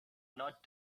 not